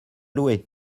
loué